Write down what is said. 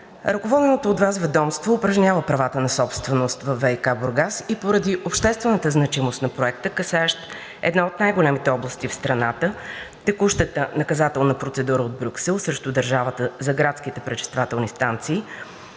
Ръководеното от Вас ведомство упражнява правата на собственост във ВиК – Бургас, и поради обществената значимост на Проекта, касаещ една от най-големите области в страната, текущата наказателна процедура от Брюксел срещу държавата за градските пречиствателни станции